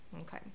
okay